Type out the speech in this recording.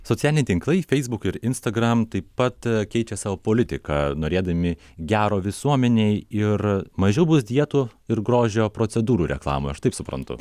socialiniai tinklai facebook ir instagram taip pat keičia savo politiką norėdami gero visuomenei ir mažiau bus dietų ir grožio procedūrų reklamoj aš taip suprantu